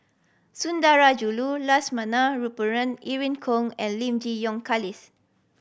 Sundarajulu Lakshmana Perumal Irene Khong and Lim Yi Yong Charles